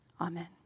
Amen